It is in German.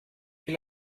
will